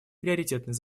приоритетной